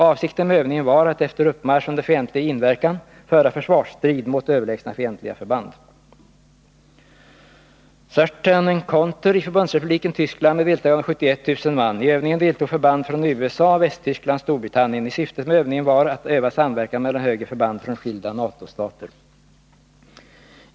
Avsikten med övningen var att efter uppmarsch under fientlig inverkan föra försvarsstrid mot överlägsna fientliga förband. CERTAIN ENCOUNTER i Förbundsrepubliken Tyskland med deltagande av 71 000 man. I övningen deltog förband från USA, Västtyskland och Storbritannien. Syftet med övningen var att öva samverkan mellan högre förband från skilda NATO-stater.